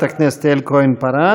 לחברת הכנסת יעל כהן-פארן.